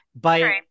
by-